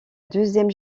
deuxième